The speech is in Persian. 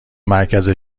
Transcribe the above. مرکز